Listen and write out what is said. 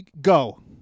go